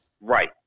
Right